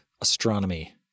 astronomy